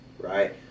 Right